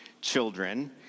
children